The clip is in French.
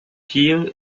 peel